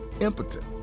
impotent